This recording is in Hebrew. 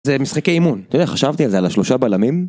זה משחקי אימון, אתה יודע, חשבתי על זה על השלושה בלמים.